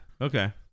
Okay